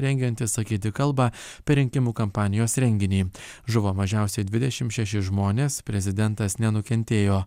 rengiantis sakyti kalbą per rinkimų kampanijos renginį žuvo mažiausiai dvidešimt šeši žmonės prezidentas nenukentėjo